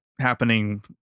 happening